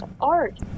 art